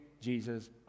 Jesus